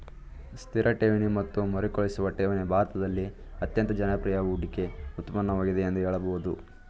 ಸ್ಥಿರ ಠೇವಣಿ ಮತ್ತು ಮರುಕಳಿಸುವ ಠೇವಣಿ ಭಾರತದಲ್ಲಿ ಅತ್ಯಂತ ಜನಪ್ರಿಯ ಹೂಡಿಕೆ ಉತ್ಪನ್ನವಾಗಿದೆ ಎಂದು ಹೇಳಬಹುದು